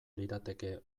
lirateke